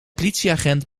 politieagent